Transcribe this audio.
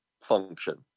function